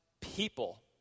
people